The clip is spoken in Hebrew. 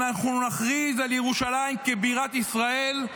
אנחנו נכריז על ירושלים כבירת ישראל.